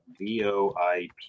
VoIP